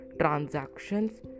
transactions